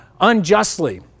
unjustly